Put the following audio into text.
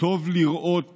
טוב לראות